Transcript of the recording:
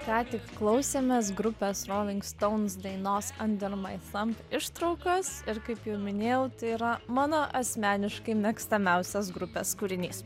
ką tik klausėmės grupės rolling stones dainos under my thumb ištraukas ir kaip jau minėjau tai yra mano asmeniškai mėgstamiausias grupės kūrinys